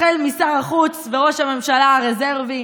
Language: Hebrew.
החל משר החוץ וראש הממשלה הרזרבי,